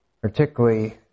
particularly